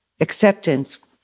acceptance